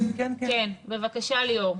בבקשה, ליאור.